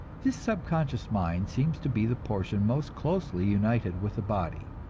this subconscious mind seems to be the portion most closely united with the body.